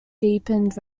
deepened